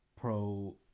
pro